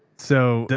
so,